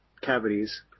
cavities